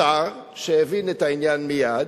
השר, שהבין את העניין מייד,